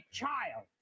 child